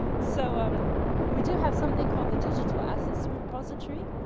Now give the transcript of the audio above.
so um we do have something called the digital assets repository,